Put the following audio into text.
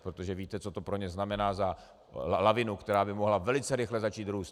Protože víte, co to pro ně znamená za lavinu, která by mohla velice rychle začít růst.